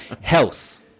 Health